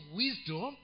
wisdom